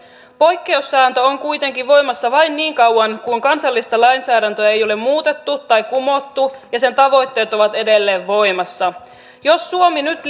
poikkeussääntö on kuitenkin voimassa vain niin kauan kuin kansallista lainsäädäntöä ei ole muutettu tai kumottu ja sen tavoitteet ovat edelleen voimassa jos suomi nyt